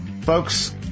Folks